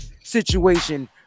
situation